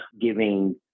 giving